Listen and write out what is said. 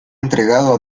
entregado